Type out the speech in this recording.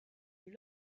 eue